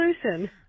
solution